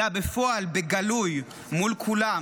אלא בפועל, בגלוי, מול כולם.